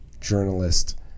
journalist